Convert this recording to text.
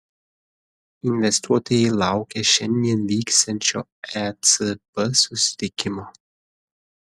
investuotojai laukia šiandien vyksiančio ecb susitikimo